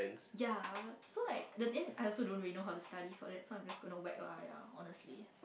yeah so like the end I also don't really know how to study for it so I'm just going to weck lah yeah honestly